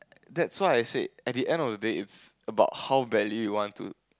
that's why I said at the end of the day it's about how badly you want to